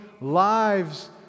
lives